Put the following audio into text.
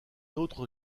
autre